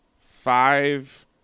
five